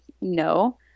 no